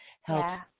help